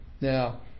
Now